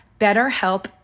BetterHelp